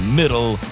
middle